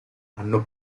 hanno